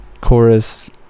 chorus